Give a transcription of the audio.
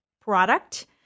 product